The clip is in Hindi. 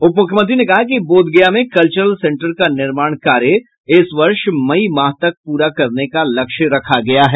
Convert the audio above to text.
उप मुख्यमंत्री ने कहा कि बोधगया में कल्वरल सेंटर का निर्माण कार्य इस वर्ष मई माह तक पूरा करने का लक्ष्य रखा गया है